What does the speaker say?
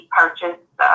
purchased